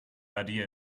idea